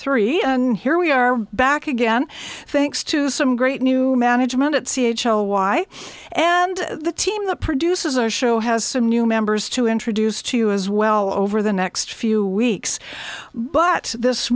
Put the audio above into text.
three and here we are back again thanks to some great new management at c h l why and the team that produces our show has some new members to introduce to you as well over the next few weeks but this